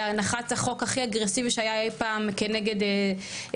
להנחת החוק הכי אגרסיבי שהיה אי פעם כנגד עובדים,